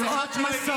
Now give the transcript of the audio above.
לראות מסוק.